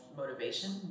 motivation